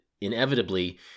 inevitably